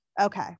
okay